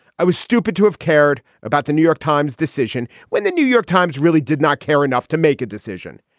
i was stupid to have cared about the new york times decision when the new york times really did not care enough to make a decision.